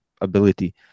ability